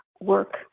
work